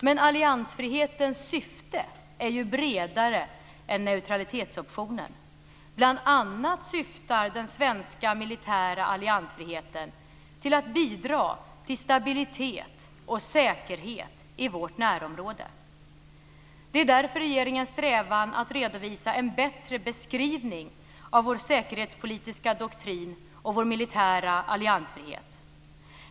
Men alliansfrihetens syfte är ju bredare än neutralitetsoptionen. Bl.a. syftar den svenska militära alliansfriheten till att bidra till stabilitet och säkerhet i vårt närområde. Det är därför regeringens strävan att redovisa en bättre beskrivning av vår säkerhetspolitiska doktrin och vår militära alliansfrihet.